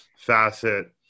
facet